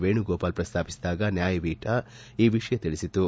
ವೇಣುಗೋಪಾಲ್ ಪ್ರಸ್ತಾಪಿಸಿದಾಗ ನ್ವಾಯಪೀಠ ಈ ವಿಷಯ ತಿಳಿಸಿತು